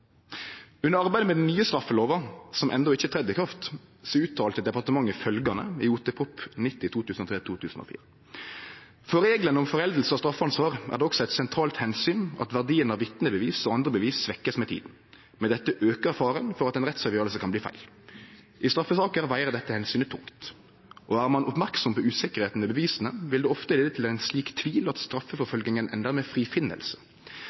Under arbeidet med den nye straffelova, som endå ikkje er tredd i kraft, uttalte departementet følgjande i Ot. prp. nr. 90 for 2003–2004. «For reglene om foreldelse av straffansvar er det også et sentralt hensyn at verdien av vitneprov og andre bevis svekkes med tiden. Med dette øker faren for at en rettsavgjørelse kan bli feil. I straffesaker veier dette hensynet tungt. Og er man oppmerksom på usikkerheten ved bevisene, vil det ofte lede til en slik tvil at straffeforfølgningen ender med frifinnelse.